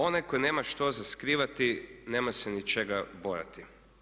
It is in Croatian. Onaj tko nema što za skrivati nema se ni čega bojati.